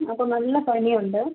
അപ്പോൾ നല്ല പനിയുണ്ട്